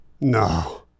No